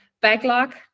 backlog